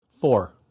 Four